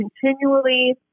continually